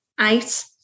eight